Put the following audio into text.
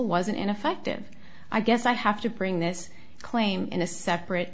wasn't ineffective i guess i have to bring this claim in a separate